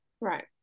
Right